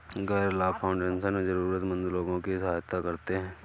गैर लाभ फाउंडेशन जरूरतमन्द लोगों की सहायता करते हैं